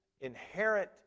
inherent